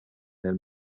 nel